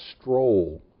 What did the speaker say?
stroll